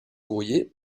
courrier